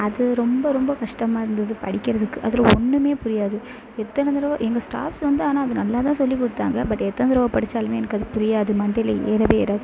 அது ரொம்ப ரொம்ப கஷ்டமாக இருந்தது படிக்கிறதுக்கு அதில் ஒன்றுமே புரியாது எத்தனை தடவை எங்கள் ஸ்டாஃப்ஸ் வந்து ஆனால் அதை நல்லாதான் சொல்லி கொடுத்தாங்க பட் எத்தனை தடவை படிச்சாலுமே எனக்கு அது புரியாது மண்டையில் ஏறவே ஏறாது